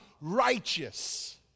righteous